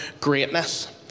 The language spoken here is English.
greatness